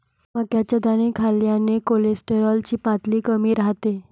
मक्याचे दाणे खाल्ल्याने कोलेस्टेरॉल ची पातळी कमी राहते